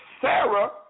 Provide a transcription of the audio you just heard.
Sarah